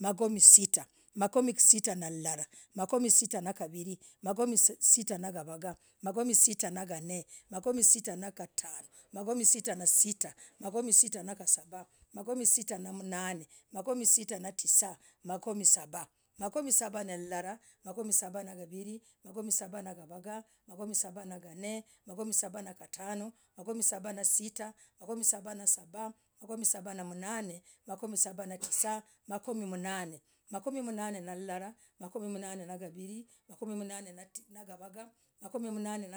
Makomii, sitah, makomii sitah na rilalah, makomii sitah na gavirii, makomii sita gavagah, makomii sita nagan makomii sitah nagatanoo, makomii sitah na sitah makomii sitah nagasabah, makomii sitah na mnane, makomii sitah na tisaa, makomii sabah makomii sabah na rilalah, makomii sabah nagavirii, makomii sabah gavagah, makomii sabah nagan makomii sabah nagatanoo, makomii sabah na sita, makomii sabah na sabah, makomii sabah na mnane, makomii sabah na sitah, makomii mnane, makomii mnane na rilalah, makomii mnane na gavirii, makomii mnane na gavagah, makomii mnane